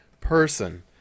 person